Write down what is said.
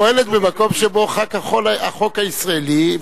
היא פועלת במקום שבו חל החוק הישראלי,